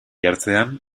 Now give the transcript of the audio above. jartzean